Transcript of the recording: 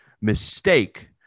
mistake